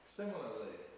similarly